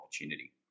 opportunity